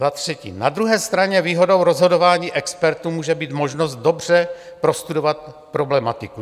Za třetí, na druhé straně výhodou rozhodování expertů může být možnost dobře prostudovat danou problematiku.